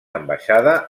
ambaixada